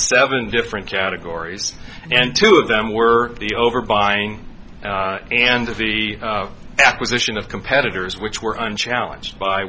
seven different categories and two of them were the over buying and and of the acquisition of competitors which were unchallenged by